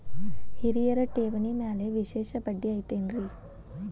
ಹಿರಿಯರ ಠೇವಣಿ ಮ್ಯಾಲೆ ವಿಶೇಷ ಬಡ್ಡಿ ಐತೇನ್ರಿ?